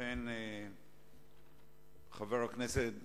חבר הכנסת